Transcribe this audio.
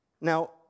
now